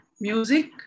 music